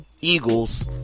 Eagles